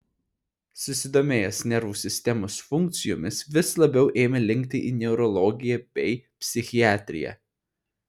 susidomėjęs nervų sistemos funkcijomis vis labiau ėmė linkti į neurologiją bei psichiatriją